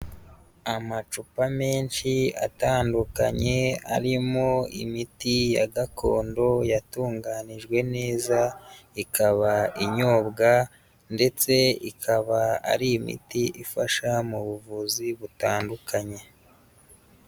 Amacupa menshi atandukanye arimo imiti ya gakondo yatunganijwe neza, ikaba inyobwa ndetse ikaba ari imiti ifasha mu buvuzi butandukanye.